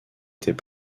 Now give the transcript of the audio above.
était